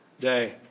day